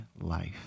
life